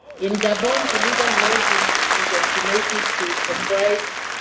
in gabon illegal logging is estimated to comprise